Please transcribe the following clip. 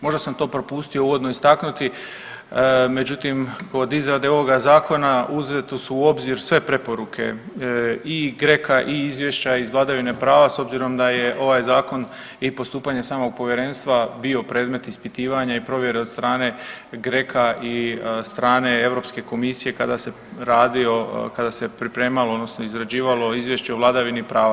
Možda sam to propustio uvodno istaknuti, međutim, kod izrade ovoga Zakona, uzeto su u obzir sve preporuke i GRECO-a i izvješća iz vladavine prava, s obzirom da je ovaj Zakon i postupanje samog Povjerenstva bio predmet ispitivanja i provjere od strane GRECO-a i strane EU komisije kada se radi o, kada se pripremalo odnosno izrađivalo izvješće o vladavini prava.